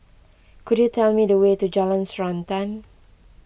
could you tell me the way to Jalan Srantan